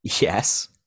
Yes